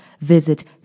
Visit